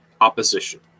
opposition